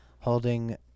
holding